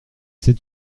sais